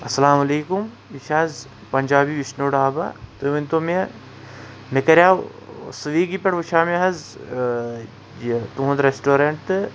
اَسلام علیٚکُم یہِ چھِ حظ پنجابی وشنو ڈابا تُہۍ ؤنتو مےٚ مےٚ کریاو سویگی پٮ۪ٹھ وٕچھیاو مےٚ حظ یہِ تُہنٛد ریٚسٹورنٛٹ تہٕ